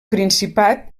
principat